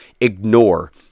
ignore